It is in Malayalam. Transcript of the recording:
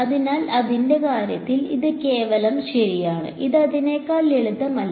അതിനാൽ അതിന്റെ കാര്യത്തിൽ ഇത് കേവലം ശരിയാണ് അത് അതിനേക്കാൾ ലളിതമല്ല